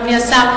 אדוני השר,